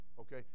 Okay